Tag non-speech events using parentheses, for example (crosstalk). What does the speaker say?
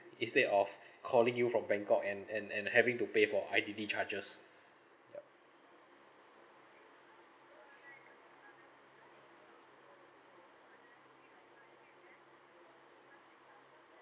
instead of (breath) calling you from bangkok and and and having to pay for I_D_D charges yup